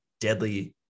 deadly